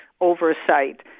oversight